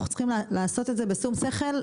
אנחנו צריכים לעשות את זה בשום שכל,